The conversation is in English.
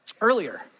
earlier